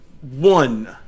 one